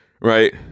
right